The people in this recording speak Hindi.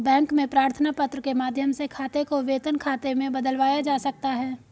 बैंक में प्रार्थना पत्र के माध्यम से खाते को वेतन खाते में बदलवाया जा सकता है